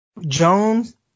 Jones